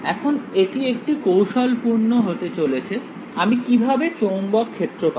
এখন এটি একটু কৌশলপূর্ণ হতে চলেছে আমি কিভাবে চৌম্বক ক্ষেত্র পাব